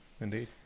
Indeed